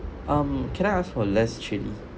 um can I ask for less chilli